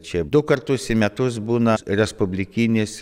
čia du kartus į metus būna respublikinis